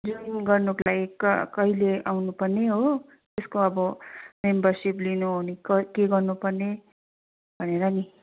join गर्नुको लागि क कहिले आउनुपर्ने हो त्यसको अब मेम्बरसिप लिनु हो भने क के गर्नुपर्ने भनेर नि